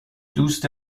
دوست